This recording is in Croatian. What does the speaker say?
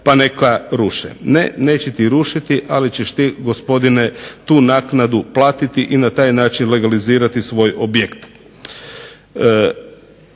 pa neka ruše. Ne neće ti rušiti ali ćeš ti gospodine tu naknadu platiti i na taj način legalizirati taj objekt.